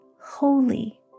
holy